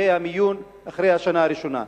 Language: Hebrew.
לאחר השנה הראשונה,